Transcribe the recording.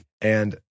And-